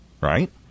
right